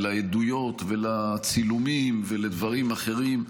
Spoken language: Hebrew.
לעדויות ולצילומים ולדברים אחרים,